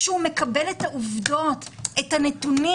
כשהוא מקבל את העובדות והנתונים.